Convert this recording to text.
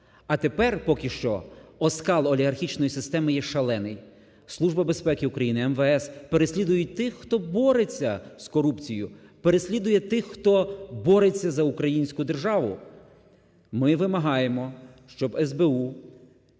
А тепер поки що оскал олігархічної системи є шалений. Служба безпеки України, МВС переслідують тих, хто бореться з корупцією, переслідує тих, хто бореться за українську державу. Ми вимагаємо, щоб СБУ